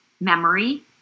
memory